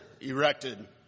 erected